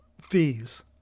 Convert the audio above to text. fees